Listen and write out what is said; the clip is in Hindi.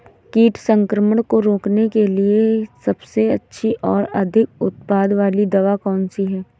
कीट संक्रमण को रोकने के लिए सबसे अच्छी और अधिक उत्पाद वाली दवा कौन सी है?